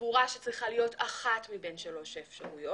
סבורה שצריכה להיות אחת מבין שלוש האפשרויות.